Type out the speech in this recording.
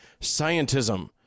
scientism